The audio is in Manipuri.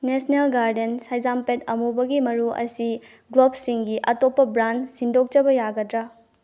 ꯅꯦꯁꯅꯦꯜ ꯒꯥꯔꯗꯦꯟ ꯍꯩꯖꯥꯝꯄꯦꯠ ꯑꯃꯨꯕꯒꯤ ꯃꯔꯨ ꯑꯁꯤ ꯒ꯭ꯂꯣꯞꯁꯤꯡꯒꯤ ꯑꯇꯣꯞꯄ ꯕ꯭ꯔꯥꯟ ꯁꯤꯟꯗꯣꯛꯆꯕ ꯌꯥꯒꯗ꯭ꯔꯥ